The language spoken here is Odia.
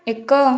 ଏକ